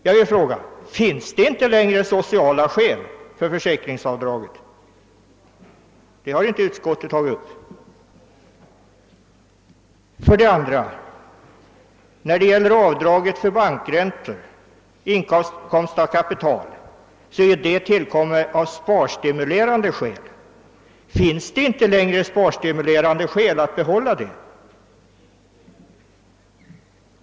Jag vill fråga: Finns det inte längre sociala skäl för försäkringsavdraget? Det spörsmålet har inte utskottet tagit upp. Avdraget för inkomst av kapital är tillkommet i sparstimulerande syfte. Finns det inte längre sparstimulerande skäl för att behålla det?